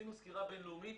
עשינו סקירה בינלאומית.